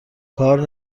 کار